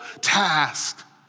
task